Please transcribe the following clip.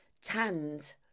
tanned